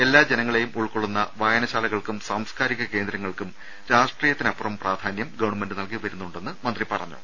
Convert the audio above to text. എല്ലാ ജനങ്ങളെയും ഉൾക്കൊള്ളുന്ന വായനശാലകൾക്കും സാംസ്കാരിക കേന്ദ്രങ്ങൾക്കും രാഷ്ട്രീയത്തിന് അപ്പുറം പ്രാധാനൃം ഗവൺമെന്റ് നൽകിവരുന്നുണ്ടെന്ന് മന്ത്രി പറഞ്ഞു